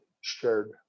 shared